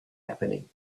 happening